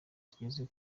tugeze